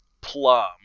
plum